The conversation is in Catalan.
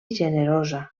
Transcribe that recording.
generosa